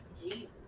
Jesus